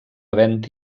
havent